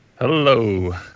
Hello